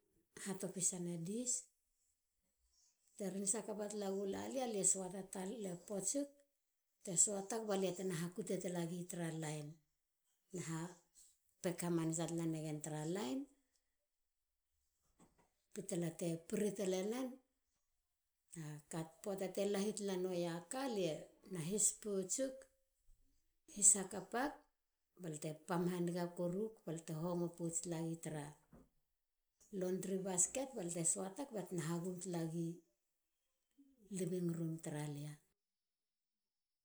Ha topisana dish te rinse hakapa tala gula lia. lie potsik te suatak balie tena hakute talagi tara lain. Ha pek hamanasa talegen tara lain. pitala te piri tale nen. poata te lahi tala nonei ka balte na his potsik. his hakapa balte pam haniga koruk balte hongo pouts gi tara loundri basket balte suatak. balte na hagum talagi rum tra lia.